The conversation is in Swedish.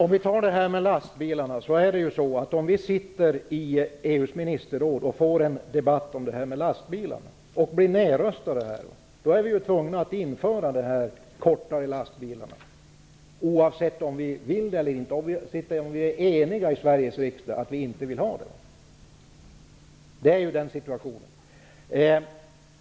Herr talman! Om vi sitter i EU:s ministerråd och efter en debatt om t.ex. lastbilarna blir nedröstade, är vi tvungna att införa de kortare lastbilarna, oavsett om vi vill det eller inte, oavsett om vi i Sveriges riksdag är eniga om att vi inte vill ha dem. Sådan är situationen.